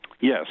Yes